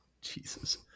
Jesus